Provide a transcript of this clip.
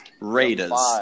Raiders